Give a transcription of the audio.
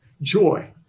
Joy